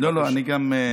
לא, אני גם.